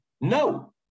No